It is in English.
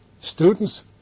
Students